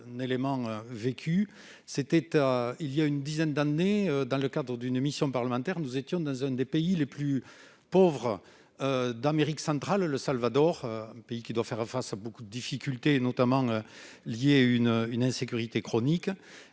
d'une anecdote. Il y a une dizaine d'années, dans le cadre d'une mission parlementaire, je me suis rendu dans l'un des pays les plus pauvres d'Amérique centrale, le Salvador, pays qui doit faire face à de nombreuses difficultés, notamment liées à une insécurité chronique.